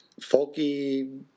folky